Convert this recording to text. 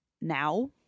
now